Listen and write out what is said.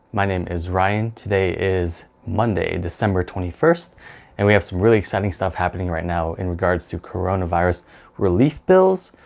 my name is ryan. today is monday, december twenty first and we have some really exciting stuff happening right now in regards to coronavirus relief bills.